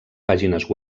pàgines